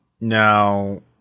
now